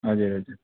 हजुर हजुर